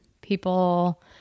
people